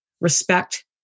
respect